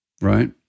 right